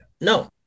no